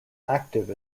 active